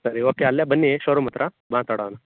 ಸರಿ ಓಕೆ ಅಲ್ಲೇ ಬನ್ನಿ ಶೋರೂಮ್ ಹತ್ತಿರ ಮಾತಾಡೋಣ